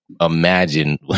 imagine